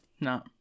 no